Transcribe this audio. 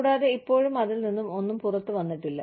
കൂടാതെ ഇപ്പോഴും അതിൽ നിന്ന് ഒന്നും പുറത്തുവന്നിട്ടില്ല